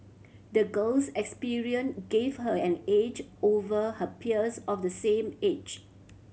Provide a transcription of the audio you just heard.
the girl's experience give her an edge over her peers of the same age